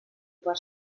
per